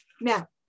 Now